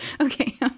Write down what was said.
okay